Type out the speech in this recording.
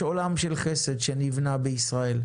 יש עולם של חסד שנבנה בישראל,